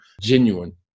genuine